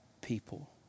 people